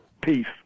Peace